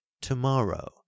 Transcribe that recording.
to-morrow